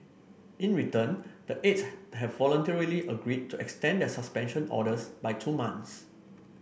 in return the eight have voluntarily agreed to extend their suspension orders by two months